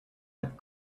had